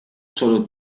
solo